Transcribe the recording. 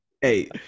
Hey